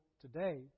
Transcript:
today